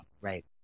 right